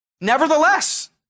Nevertheless